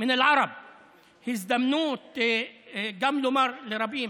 מהערבים (חוזר על הדברים בערבית.) הזדמנות גם לומר לרבים,